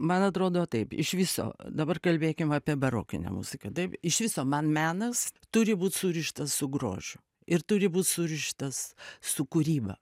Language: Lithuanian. man atrodo taip iš viso dabar kalbėkim apie barokinę muziką taip iš viso man menas turi būt surištas su grožiu ir turi būt surištas su kūryba